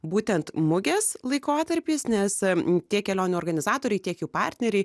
būtent mugės laikotarpis nes tie kelionių organizatoriai tiek jų partneriai